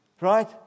Right